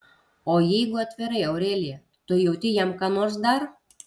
o jeigu atvirai aurelija tu jauti jam ką nors dar